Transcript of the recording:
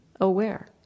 aware